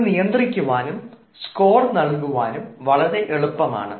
ഇത് നിയന്ത്രിക്കുവാനും സ്കോർ നൽകുവാനും വളരെ എളുപ്പമാണ്